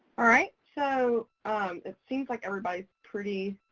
all right. so it seems like everybody's pretty